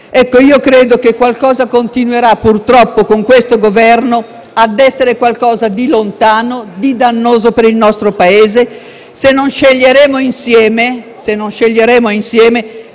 quella sede, la quale continuerà purtroppo, con questo Governo, ad essere qualcosa di lontano e di dannoso per il nostro Paese, se non sceglieremo insieme